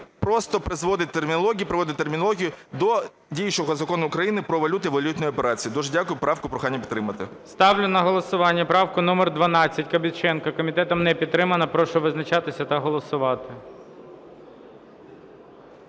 просто приводить термінологію до діючого Закону України "Про валюту і валютні операції". Дуже дякую. Правку прохання підтримати. ГОЛОВУЮЧИЙ. Ставлю на голосування правку номер 12 Кабаченка. Комітетом не підтримана. Прошу визначатися та голосувати.